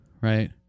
right